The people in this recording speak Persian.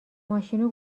ماشینو